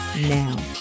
now